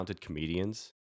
comedians